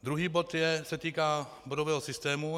Druhý bod se týká bodového systému.